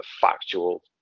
factual